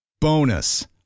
Bonus